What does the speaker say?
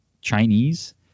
chinese